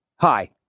Hi